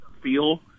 feel